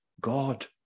God